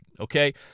Okay